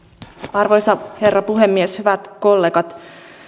arvoisa herra puhemies hyvät kollegat